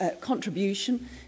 contribution